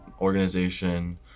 organization